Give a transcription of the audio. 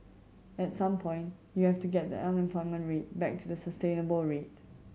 at some point you have to get the unemployment rate back to the sustainable rate